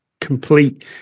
complete